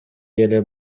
эле